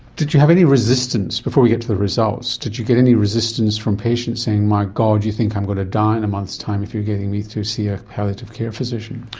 did you have any resistance, before we get to the results, did you get any resistance from patients saying, my god, you think i'm going to die in a month's time if you are getting me to see a palliative care physician'?